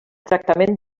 tractament